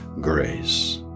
grace